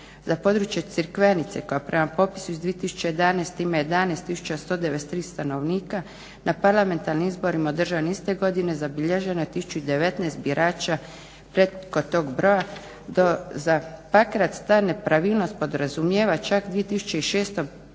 Za područje Crikvenice koja prema popisu iz 2011. ima 11 193 stanovnika na parlamentarnim izborima održanim iste godine zabilježeno je 1019 birača preko tog broja, dok za Pakrac ta nepravilnost podrazumijeva čak 2605